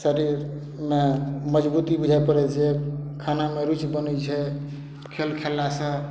शरीरमे मजबूती बुझि पड़य छै खानामे रुचि बनय छै खेल खेललासँ